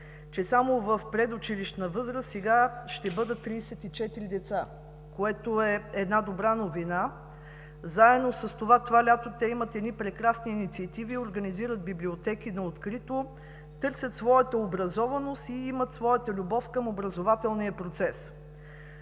че само в предучилищна възраст сега ще бъдат 34 деца, което е добра новина. Заедно с това, това лято те имат прекрасни инициативи, организират библиотеки на открито, търсят своята образованост и имат своята любов към образователния процес.